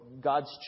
God's